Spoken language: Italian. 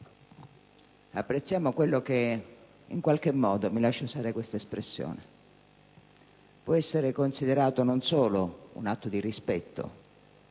sia qui e questo in qualche modo - mi lasci usare questa espressione - può essere considerato non solo un atto di rispetto